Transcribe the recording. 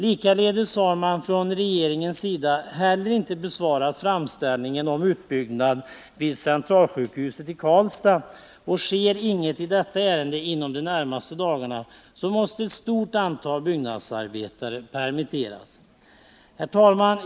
Likaledes har man från regeringens sida heller inte besvarat framställningen om utbyggnad vid centralsjukhuset i Karlstad. Och sker inget i detta ärende inom de närmaste dagarna så måste ett stort antal byggnadsarbetare permitteras. Herr talman!